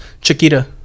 Chiquita